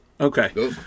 Okay